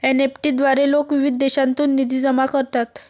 NEFT द्वारे लोक विविध देशांतून निधी जमा करतात